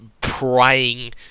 praying